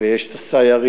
ויש את הסיירים,